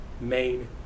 main